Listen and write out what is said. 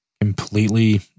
completely